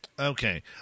Okay